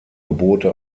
gebote